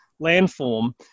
landform